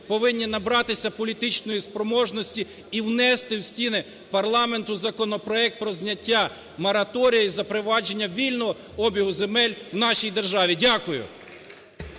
повинні набратися політичної спроможності і внести в стіни парламенту законопроект про зняття мораторію і запровадження вільного обігу земель в нашій державі. Дякую.